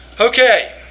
Okay